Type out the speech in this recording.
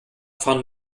fahren